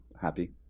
happy